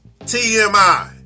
TMI